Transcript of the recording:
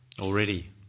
already